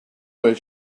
where